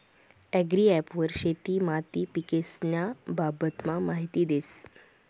agri app वर शेती माती पीकेस्न्या बाबतमा माहिती देस